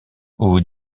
aux